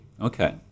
Okay